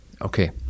Okay